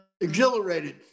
Exhilarated